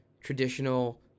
traditional